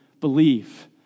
believe